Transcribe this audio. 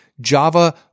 Java